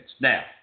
Now